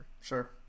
Sure